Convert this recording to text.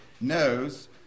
knows